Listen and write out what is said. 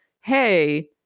hey